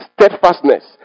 steadfastness